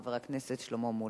חבר הכנסת שלמה מולה.